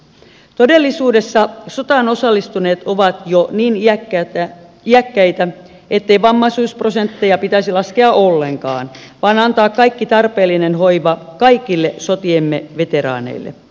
todellisuudessa sotaan osallistuneet ovat jo niin iäkkäitä ettei vammaisuusprosentteja pitäisi laskea ollenkaan vaan antaa kaikki tarpeellinen hoiva kaikille sotiemme veteraaneille